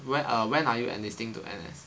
where err when are you enlisting to N_S